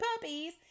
puppies